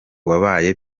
wabaye